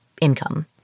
income